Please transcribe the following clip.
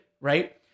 right